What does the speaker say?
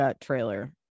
trailer